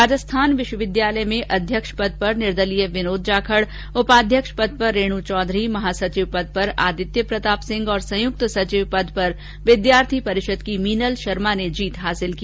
राजस्थान विश्वविद्यालय में अध्यक्ष पद पर निर्दलीय विनोद जाखड उपाध्यक्ष पद पर रेणू चौधरी महासचिव पद पर आदित्य प्रताप सिंह और संयुक्त सचिव पद पर विद्यार्थी परिषद की मीनल शर्मा ने जीत हासिल की